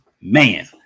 Man